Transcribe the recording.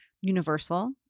universal